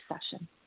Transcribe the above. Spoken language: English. session